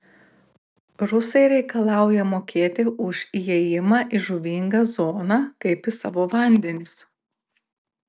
rusai reikalauja mokėti už įėjimą į žuvingą zoną kaip į savo vandenis